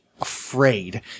afraid